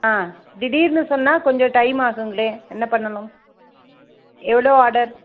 ஆ திடீர்னு சொன்னால் கொஞ்சம் டைம் ஆகும்ங்களே என்ன பண்ணணும் எவ்வளோ ஆர்டர்